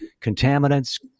contaminants